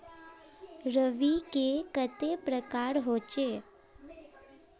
रवि के कते प्रकार होचे?